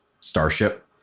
starship